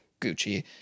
Gucci